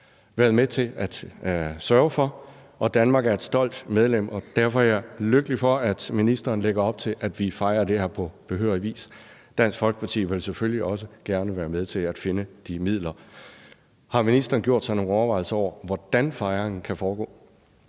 Det har NATO været med til at sørge for, og Danmark er et stolt medlem, og derfor er jeg lykkelig for, at ministeren lægger op til, at vi fejer det her på behørig vis. Dansk Folkeparti vil selvfølgelig også gerne være med til at finde de midler. Har ministeren gjort sig nogen overvejelser over, hvordan fejringen kan foregå?